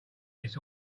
this